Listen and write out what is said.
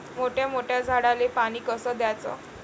मोठ्या मोठ्या झाडांले पानी कस द्याचं?